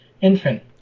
infant